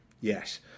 yes